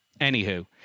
Anywho